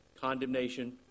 condemnation